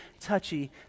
touchy